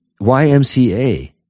YMCA